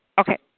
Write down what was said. okay